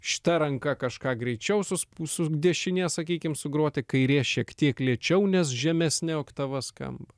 šita ranka kažką greičiau sus sus dešinė sakykim sugroti kairė šiek tiek lėčiau nes žemesnė oktava skamba